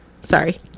Sorry